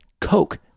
coke